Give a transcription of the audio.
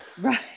Right